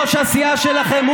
ראש הסיעה שלכם,